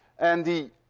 and the